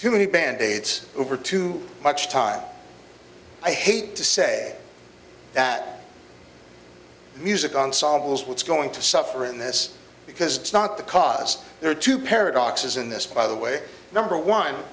umanly bandaids over too much time i hate to say that music ensemble's what's going to suffer in this because it's not the cause there are two paradoxes in this by the way number one